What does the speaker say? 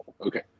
Okay